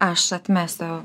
aš atmesiu